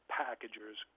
packagers